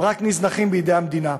הם רק נזנחים בידי המדינה.